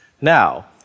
Now